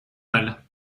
mal